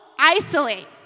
isolate